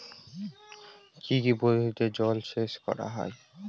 কি কি পদ্ধতিতে জলসেচ করা হয়?